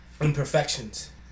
imperfections